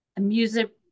music